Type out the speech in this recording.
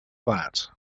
that